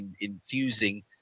infusing